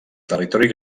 territori